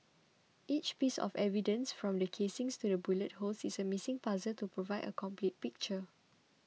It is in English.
each piece of evidence from the casings to the bullet holes is a missing puzzle to provide a complete picture